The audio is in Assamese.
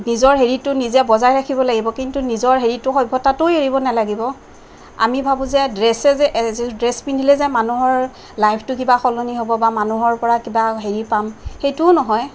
নিজৰ হেৰিটো নিজে বজাই ৰাখিব লাগিব কিন্তু নিজৰ হেৰিটো সভ্যতাতোও এৰিব নালাগিব আমি ভাবোঁ যে ড্ৰেছে যে ড্ৰেছ পিন্ধিলেই যে মানুহৰ লাইফটো কিবা সলনি হ'ব বা মানুহৰ পৰা কিবা হেৰি পাম সেইটোও নহয়